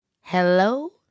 Hello